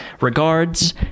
Regards